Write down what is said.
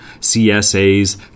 CSAs